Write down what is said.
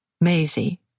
Maisie